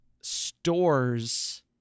stores